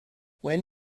when